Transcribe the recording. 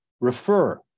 refer